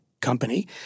company